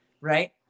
right